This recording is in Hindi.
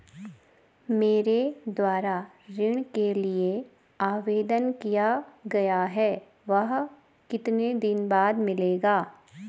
मेरे द्वारा ऋण के लिए आवेदन किया गया है वह कितने दिन बाद मिलेगा?